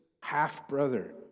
half-brother